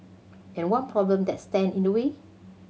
and one problem that stand in the way